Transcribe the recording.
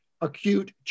acute